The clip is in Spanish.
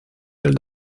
del